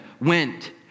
went